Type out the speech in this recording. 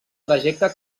trajecte